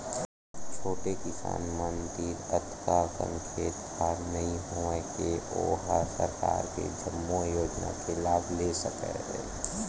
छोटे किसान मन तीर अतका अकन खेत खार नइ होवय के ओ ह सरकार के जम्मो योजना के लाभ ले सकय